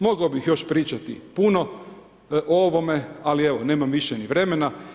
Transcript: Mogao bih još pričati puno o ovome, ali evo, nemam više ni vremena.